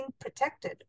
protected